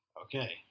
Okay